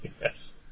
Yes